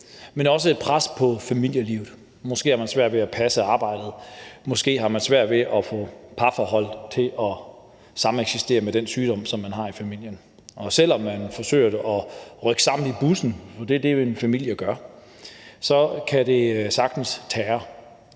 men også et pres på familielivet. Måske har man svært ved at passe arbejdet. Måske har man svært ved at få parforholdet til at fungere med den sygdom, som man har i familien. Og selv om man forsøger at rykke sammen i bussen, for det er jo det, en familie gør, kan det sagtens tære